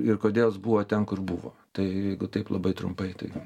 ir kodėl jis buvo ten kur buvo tai jeigu taip labai trumpai tai